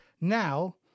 now